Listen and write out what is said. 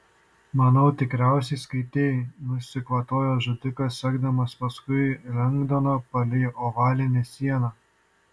manau tikriausiai skaitei nusikvatojo žudikas sekdamas paskui lengdoną palei ovalinę sieną